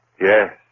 Yes